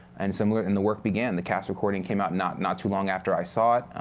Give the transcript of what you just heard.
and similar, and the work began. the cast recording came out not not too long after i saw it,